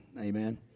Amen